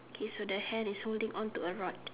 K so the hand is holding on to a rod